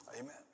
amen